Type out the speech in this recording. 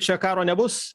čia karo nebus